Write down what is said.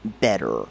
better